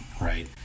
right